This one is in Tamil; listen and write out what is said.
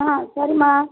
ஆ சரிம்மா